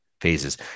phases